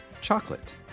chocolate